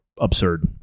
absurd